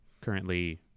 currently